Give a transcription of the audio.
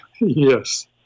yes